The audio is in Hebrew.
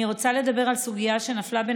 אני רוצה לדבר על סוגיה שנפלה בין